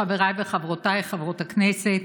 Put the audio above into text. חבריי וחברותיי חברות הכנסת,